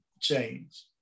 change